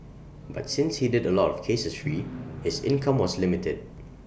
but since he did A lot of cases free his income was limited